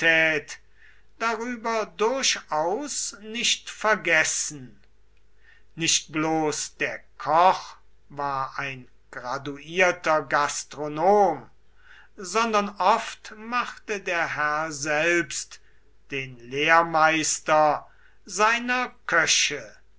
darüber durchaus nicht vergessen nicht bloß der koch war ein graduierter gastronom sondern oft machte der herr selbst den lehrmeister seiner köche